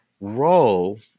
role